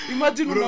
Imagine